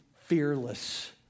fearless